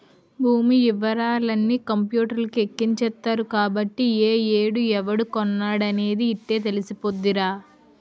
భూమి యివరాలన్నీ కంపూటర్లకి ఎక్కించేత్తరు కాబట్టి ఏ ఏడు ఎవడు కొన్నాడనేది యిట్టే తెలిసిపోద్దిరా